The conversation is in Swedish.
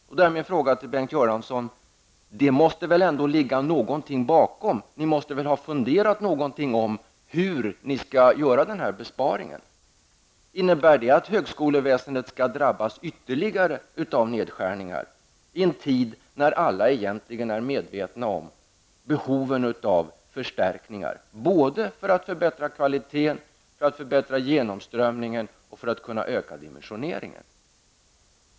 Därför vill jag fråga Bengt Göransson om det ändå inte måste ligga någonting bakom. Ni måste väl ha funderat över hur ni skall göra besparingen. Skall högskoleväsendet drabbas av ytterligare nedskärningar i en tid när alla egentligen är medvetna om behoven av förstärkningar både för att förbättra kvaliteten och genomströmningen och för att kunna öka dimensioneringen?